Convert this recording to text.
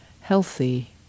healthy